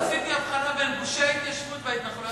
עשיתי הבחנה בין גושי ההתיישבות וההתנחלויות,